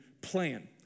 plan